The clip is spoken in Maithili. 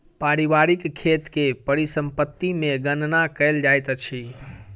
पारिवारिक खेत के परिसम्पत्ति मे गणना कयल जाइत अछि